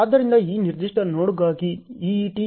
ಆದ್ದರಿಂದ ಈ ನಿರ್ದಿಷ್ಟ ನೋಡ್ಗಾಗಿ EET